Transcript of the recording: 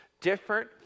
different